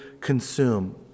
consume